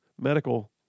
medical